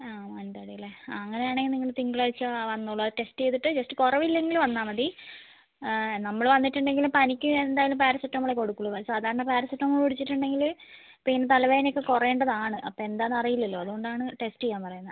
മാനന്തവാടിയല്ലേ അങ്ങനെ ആണേൽ നിങ്ങള് തിങ്കളാഴ്ച്ച വന്നോളൂ ആ ടെസ്റ്റ് ചെയ്തിട്ട് ജസ്റ്റ് കുറവില്ലെങ്കില് വന്നാൽ മതി നമ്മള് വന്നിട്ടുണ്ടങ്കില് പനിക്ക് എന്തായാലും പാരസെറ്റമോളെ കൊടുക്കുകയുള്ളു സാധാരണ പാരസെറ്റമോള് കുടിച്ചിട്ടുണ്ടങ്കില് പിന്നെ തലവേദനയൊക്കെ കുറയേണ്ടതാണ് അപ്പോൾ എന്താന്നറിയില്ലലോ അതുകൊണ്ടാണ് ടെസ്റ്റ് ചെയ്യാൻ പറയുന്നത്